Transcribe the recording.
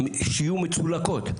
יהיו מצולקות.